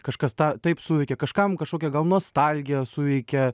kažkas tą taip suveikia kažkam kažkokia gal nostalgija suveikia